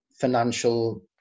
financial